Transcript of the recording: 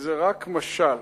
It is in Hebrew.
שזה רק משל.